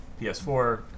PS4